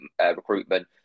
recruitment